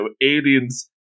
Aliens